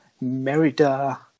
Merida